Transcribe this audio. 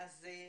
תודה.